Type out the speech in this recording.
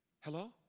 Hello